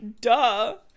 duh